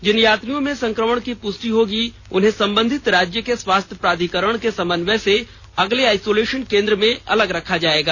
जिन यात्रियों में संक्रमण की पुष्टि होगी उन्हें संबंधित राज्य के स्वास्थ्य प्राधिकरण के समन्वय से अलग आइसोलेशन केंद्र में अलग रखा जाएगा